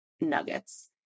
Nuggets